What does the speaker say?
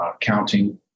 counting